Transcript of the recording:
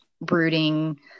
brooding